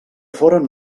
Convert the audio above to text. foren